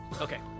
Okay